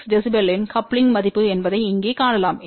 6 dBயின் கப்லிங் மதிப்பு என்பதை இங்கே காணலாம்